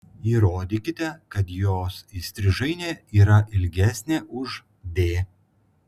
įrodykite kad jos įstrižainė yra ilgesnė už d